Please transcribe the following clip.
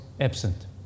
absent